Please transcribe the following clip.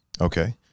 Okay